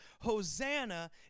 Hosanna